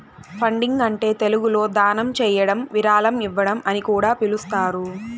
funding అంటే తెలుగులో దానం చేయడం విరాళం ఇవ్వడం అని కూడా పిలుస్తారు